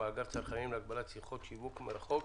(מאגר צרכנים להגבלת שיחות שיווק מרחוק),